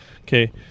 Okay